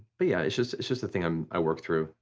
but yeah, it's just it's just a thing um i work through.